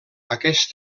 aquest